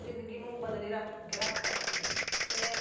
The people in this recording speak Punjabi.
ਜ਼ਿੰਦਗੀ ਨੂੰ ਬਦਲ ਰੱਖ ਕੇ ਰੱਖਤਾ ਕਿਵੇਂ